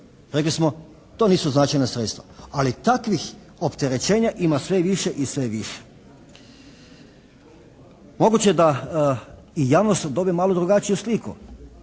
Rekli smo: «To nisu značajna sredstva». Ali takvih opterećenja ima sve više i sve više. Moguće da i javnost dobije malo drugačiju sliku.